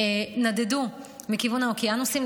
נדדו מכיוון האוקיינוסים,